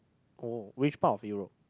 oh which part of Europe